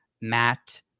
Matt